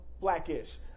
blackish